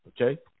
Okay